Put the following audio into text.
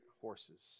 horses